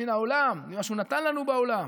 מן העולם, ממה שהוא נתן לנו בעולם.